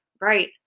Right